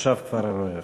תושב כפר-הרא"ה.